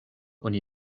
oni